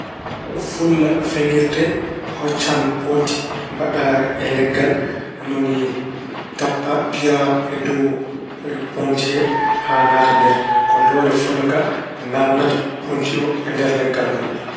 Fulla feŋirte, a hoccan poonti mbaɗa e leggal, ni woni tampa, piya e dow poonti he haa naata nder. Ko doole fulla ka naatnata poonti o e nder leggal ngal.